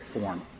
form